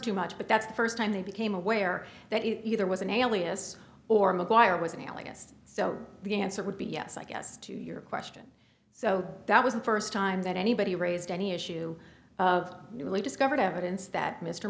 too much but that's the first time they became aware that it either was an alias or maguire was an alias so the answer would be yes i guess to your question so that was the first time that anybody raised any issue of newly discovered evidence that mr